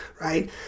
right